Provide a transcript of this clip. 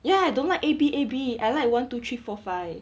ya I don't like A B A B I like one two three four five